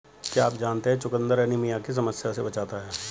क्या आप जानते है चुकंदर एनीमिया की समस्या से बचाता है?